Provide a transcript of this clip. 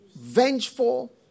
vengeful